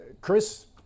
Chris